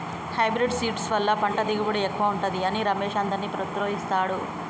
hybrid seeds వల్ల పంట దిగుబడి ఎక్కువుంటది అని రమేష్ అందర్నీ ప్రోత్సహిస్తాడు